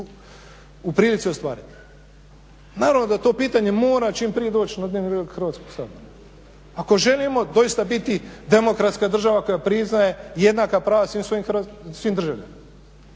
u prilici ostvariti. Naravno da to pitanje mora čim prije doći na dnevni red Hrvatskog sabora. Ako želimo doista biti demokratska država koja priznaje jednaka prava svim državljanima.